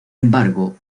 embargo